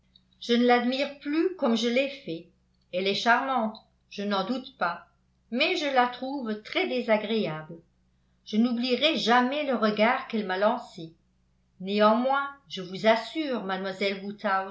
je ne l'admire plus comme je l'ai fait elle est charmante je n'en doute pas mais je la trouve très désagréable je n'oublierai jamais le regard qu'elle m'a lancé néanmoins je vous assure mademoiselle